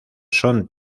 son